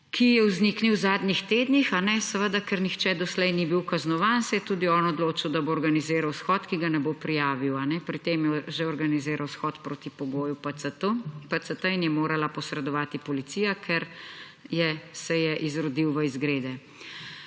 ki je vzniknil v zadnjih tednih, a ne, seveda, ker nihče doslej ni bil kaznovan, se je tudi on odločil, da bo organiziral shod, ki ga ne bo prijavil, a ne. Pri tem je že organiziral shod proti pogoju PCT in je morala posredovati policija, ker je, se je izrodil v izgrede.